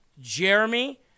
jeremy